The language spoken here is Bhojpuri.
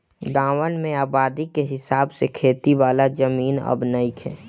गांवन में आबादी के हिसाब से खेती वाला जमीन अब नइखे